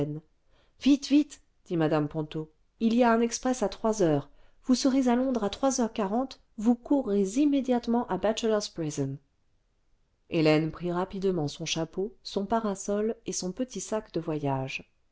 vite vite dit mmc ponto il y a un express à trois heures vous serez à londres à trois heures quarante vous courrez immédiatement à bachelor's prison hélène prit rapidement son chapeau son parasol et son petit sac de voyage